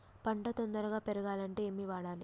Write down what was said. పంట తొందరగా పెరగాలంటే ఏమి వాడాలి?